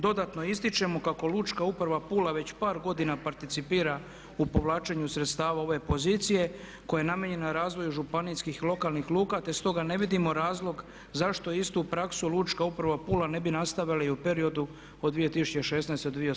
Dodatno ističemo kako Lučka uprava Pula već par godina participira u povlačenju sredstava ove pozicije koja je namijenjena razvoju županijskih i lokalnih luka te stoga ne vidimo razlog zašto istu praksu Lučka uprava Pula ne bi nastavila i u periodu od 2016. do 2018. godine.